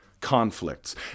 conflicts